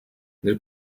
nel